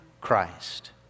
Christ